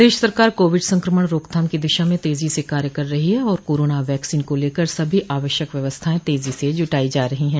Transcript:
प्रदेश सरकार कोविड संक्रमण रोकथाम की दिशा में तेजी से कार्य कर रही है और कोरोना वैक्सीन को लेकर सभी आवश्यक व्यवस्थाएं तेजी से जुटाई जा रही है